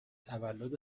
تولد